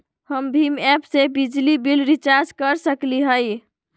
हम भीम ऐप से बिजली बिल रिचार्ज कर सकली हई?